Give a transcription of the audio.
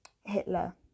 Hitler